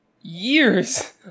years